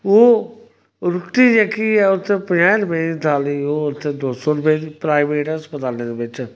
ओह् रुट्टी जेह्की ऐ उत्थै पंजाहें रपेंऽ दी थाली ओह् उत्थै दो सौ रपेऽ दी प्राइवेट अस्पतालें दे बिच्च